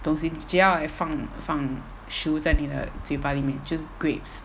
东西只要 like 放放食物在你的嘴巴里面就是 grapes